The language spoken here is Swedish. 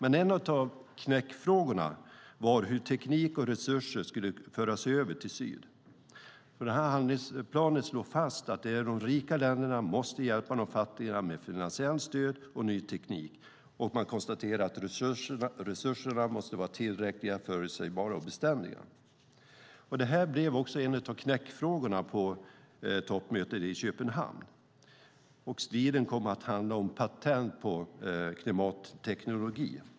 En av knäckfrågorna var hur teknik och resurser skulle föras över till syd. Handlingsplanen slår fast att de rika länderna måste hjälpa de fattiga med finansiellt stöd och ny teknik. Man konstaterade att resurserna måste vara tillräckliga, förutsägbara och beständiga. Detta blev också en av knäckfrågorna på toppmötet i Köpenhamn. Striden kom att handla om patent på klimatteknik.